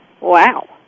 Wow